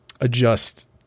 adjust